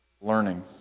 learning